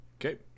Okay